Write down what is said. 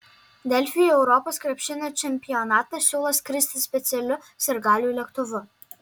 delfi į europos krepšinio čempionatą siūlo skristi specialiu sirgalių lėktuvu